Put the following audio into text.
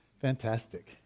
Fantastic